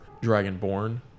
dragon-born